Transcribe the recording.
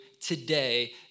today